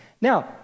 Now